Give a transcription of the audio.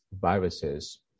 viruses